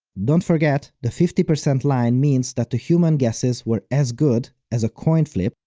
don't forget, the fifty percent line means that the human guesses were as good as a coinflip,